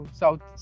south